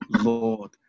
Lord